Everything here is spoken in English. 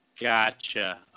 Gotcha